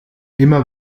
immer